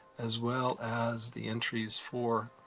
as well as the entries for